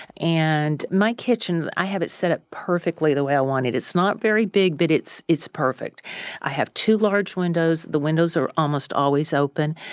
and my kitchen, i have it set up perfectly the way i want it. it's not very big but it's it's perfect i have two large windows. the windows are almost always open.